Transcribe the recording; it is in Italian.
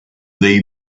dei